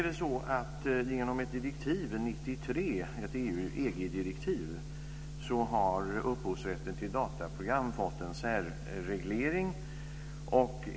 Genom ett EG-direktiv från 1993 har upphovsrätten till dataprogram fått en särreglering.